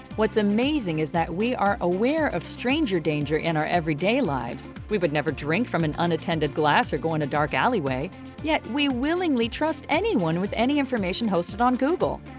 what's amazing is that we are aware of stranger danger in our everyday lives. we would never drink from an unattended glass or go in a dark alleyway yet we willingly trust anyone with any information hosted on google.